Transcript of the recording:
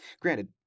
Granted